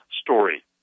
Story